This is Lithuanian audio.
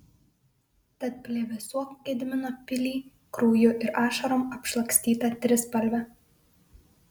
tad plevėsuok gedimino pily krauju ir ašarom apšlakstyta trispalve